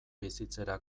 bizitzera